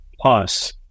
plus